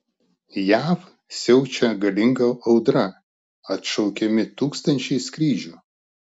jav siaučia galinga audra atšaukiami tūkstančiai skrydžių